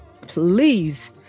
please